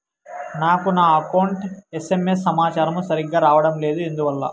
నాకు నా account SMS సమాచారము సరిగ్గా రావడం లేదు ఎందువల్ల?